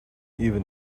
even